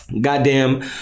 Goddamn